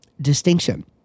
distinction